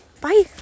Bye